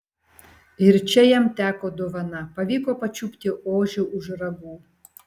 ir čia jam teko dovana pavyko pačiupti ožį už ragų